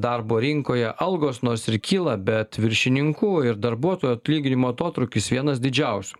darbo rinkoje algos nors ir kyla bet viršininkų ir darbuotojų atlyginimo atotrūkis vienas didžiausių